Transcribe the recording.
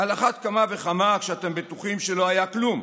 על אחת כמה וכמה כשאתם בטוחים שלא היה כלום.